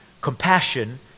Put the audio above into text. compassion